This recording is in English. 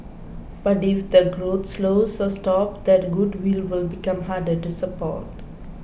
but if the growth slows or stops that goodwill will become harder to support